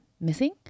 missing